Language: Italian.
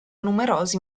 numerosi